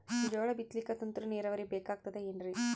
ಜೋಳ ಬಿತಲಿಕ ತುಂತುರ ನೀರಾವರಿ ಬೇಕಾಗತದ ಏನ್ರೀ?